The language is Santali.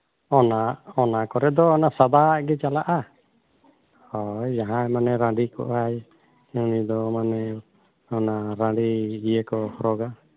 ᱚᱱᱟ ᱚᱱᱟ ᱠᱚᱨᱮ ᱫᱚ ᱚᱱᱟ ᱥᱟᱫᱟᱱᱟᱜ ᱜᱮ ᱪᱟᱞᱟᱜᱼᱟ ᱦᱳᱭ ᱡᱟᱦᱟᱸᱭ ᱢᱟᱱᱮ ᱨᱟᱺᱰᱤ ᱠᱚᱜᱼᱟᱭ ᱩᱱᱤ ᱫᱚ ᱢᱟᱱᱮ ᱚᱱᱟ ᱨᱟᱺᱰᱤ ᱤᱭᱟᱹ ᱠᱚᱭ ᱦᱚᱨᱚᱜᱟ